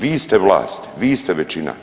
Vi ste vlast, vi ste većina.